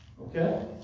Okay